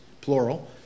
plural